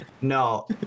no